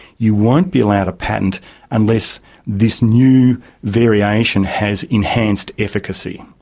you won't be allowed a patent unless this new variation has enhanced efficacy.